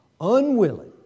unwilling